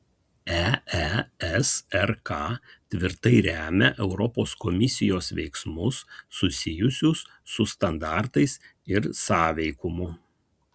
eesrk tvirtai remia europos komisijos veiksmus susijusius su standartais ir sąveikumu